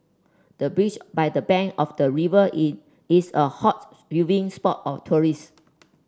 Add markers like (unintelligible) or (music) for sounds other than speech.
the beach by the bank of the river in is a hot (unintelligible) viewing spot of tourist